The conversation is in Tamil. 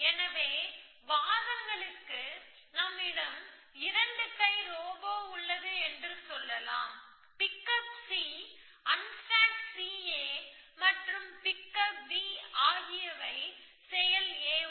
எனவே வாதங்களுக்கு நம்மிடம் 2 கை ரோபோ உள்ளது என்று சொல்லலாம்பிக்கப் C அன்ஸ்டேக் C A மற்றும் பிக்கப் B ஆகியவை செயல் a1